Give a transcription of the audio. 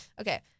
Okay